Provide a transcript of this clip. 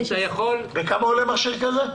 כמה עולה מכשיר כזה.